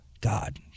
God